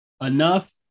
enough